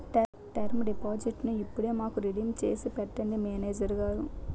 term డిపాజిట్టును ఇప్పుడే నాకు రిడీమ్ చేసి పెట్టండి మేనేజరు గారు